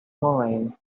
mine